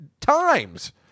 times